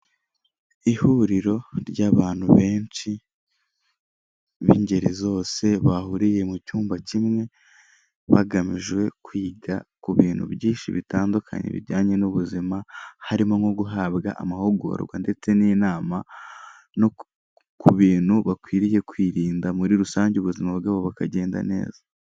Ihuriro ry'abantu benshi b'ingeri zose bahuriye mu cyumba kimwe, bagamije kwiga ku bintu byinshi bitandukanye bijyanye n'ubuzima, harimo nko guhabwa amahugurwa ndetse n'inama no ku bintu bakwiriye kwirinda muri rusange ubuzima bwabo bukagenda neza.